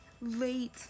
late